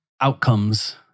outcomes